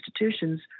institutions